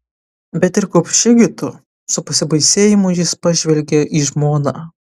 bet ir gobši gi tu su pasibaisėjimu jis pažvelgė į žmoną